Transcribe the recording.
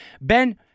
Ben